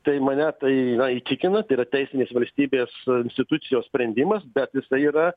tai mane tai na įtikino tai yra teisinės valstybės institucijos sprendimas bet jisai yra